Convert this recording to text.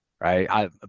right